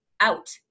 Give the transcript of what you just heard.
out